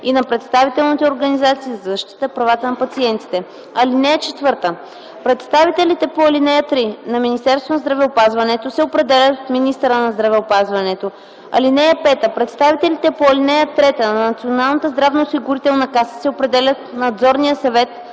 и на представителните организации за защита правата на пациентите. (4) Представителите по ал. 3 на Министерството на здравеопазването се определят от министъра на здравеопазването. (5) Представителите по ал. 3 на Националната здравноосигурителна каса се определят от Надзорния съвет